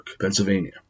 Pennsylvania